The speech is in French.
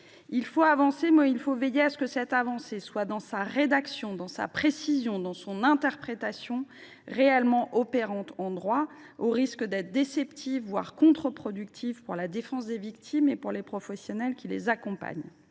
Il faut avancer, mais il faut veiller à ce que cette avancée soit, dans sa rédaction, dans sa précision, dans son interprétation, opérante en droit, sous peine d’être déceptive, voire contre productive, dans la défense des victimes et pour les professionnels qui les accompagnent.